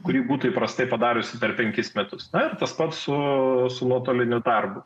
kurį būtų prastai padariusi per penkis metus tai tas pats o su nuotoliniu darbu